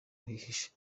hihishe